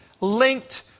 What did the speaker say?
linked